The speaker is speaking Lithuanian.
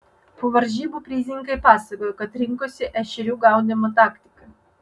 po varžybų prizininkai pasakojo kad rinkosi ešerių gaudymo taktiką